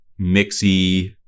mixy